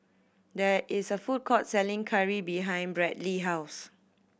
there is a food court selling curry behind Bradley house